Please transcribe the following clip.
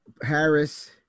Harris